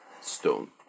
stone